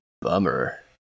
Bummer